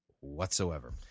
whatsoever